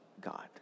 God